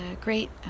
great